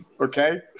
Okay